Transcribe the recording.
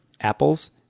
apples